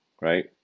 right